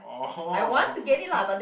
orh hor